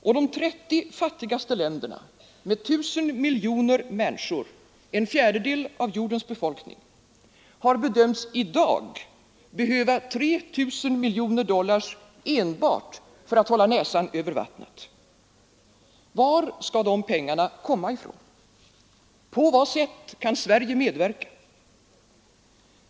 Och de 30 fattigaste länderna, med 1 000 miljoner människor, en fjärdedel av jordens befolkning, har bedömts i dag behöva 3 000 miljoner dollar enbart för att hålla näsan över vattnet. Var skall de pengarna komma ifrån? På vad sätt kan Sverige medverka?